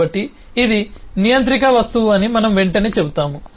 కాబట్టి ఇది నియంత్రిక వస్తువు అని మనము వెంటనే చెబుతాము